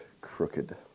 crooked